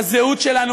בזהות שלנו,